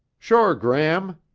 sure, gram,